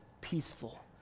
peaceful